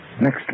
next